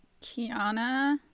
Kiana